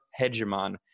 hegemon